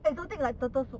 exotic like turtle soup